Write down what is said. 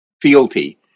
fealty